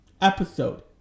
episode